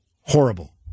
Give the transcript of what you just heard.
Horrible